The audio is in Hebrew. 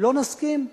לא נסכים.